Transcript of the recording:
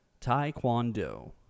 Taekwondo